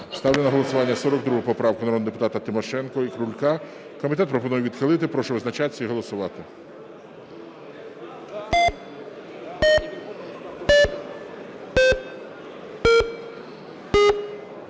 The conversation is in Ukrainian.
Ставлю на голосування 42 поправку народних депутатів Тимошенко і Крулька. Комітет пропонує відхилити. Прошу визначатися і голосувати.